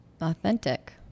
authentic